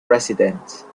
residence